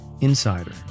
insider